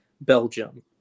Belgium